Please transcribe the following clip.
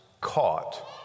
caught